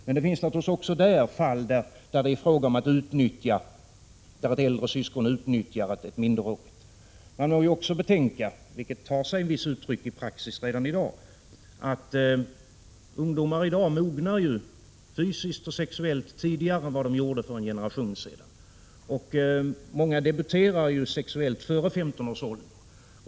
Men det finns naturligtvis även fall, där det är fråga om att ett äldre syskon utnyttjar ett minderårigt. Man bör också betänka, vilket tar sig visst uttryck i praxis redan i dag, att ungdomar i dag fysiskt och sexuellt mognar tidigare än vi gjorde för en generation sedan, och många debuterar sexuellt före 15 års ålder.